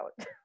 out